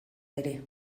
ere